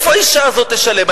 מאיפה האשה הזאת תשלם?